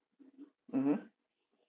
mmhmm